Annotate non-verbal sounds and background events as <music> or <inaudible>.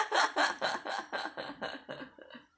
<laughs>